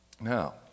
Now